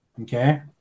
Okay